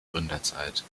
gründerzeit